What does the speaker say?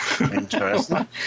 Interesting